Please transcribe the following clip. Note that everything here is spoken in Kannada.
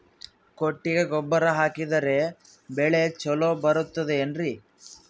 ಕೊಟ್ಟಿಗೆ ಗೊಬ್ಬರ ಹಾಕಿದರೆ ಬೆಳೆ ಚೊಲೊ ಬರುತ್ತದೆ ಏನ್ರಿ?